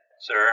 Sir